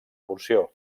porció